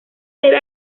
debe